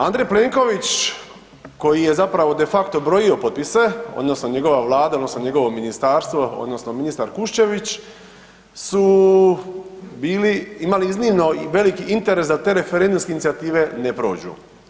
Andrej Plenković koji je zapravo de facto brojio potpise odnosno njegova vlada odnosno njegovo ministarstvo odnosno ministar Kuščević su bili, imali iznimno i velik interes da te referendumske inicijative ne prođu.